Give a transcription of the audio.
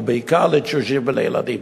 ובעיקר לתשושים ולילדים.